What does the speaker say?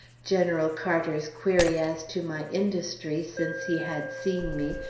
general carter's query as to my industry since he had seen me,